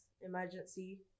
emergency